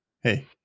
hey